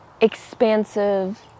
expansive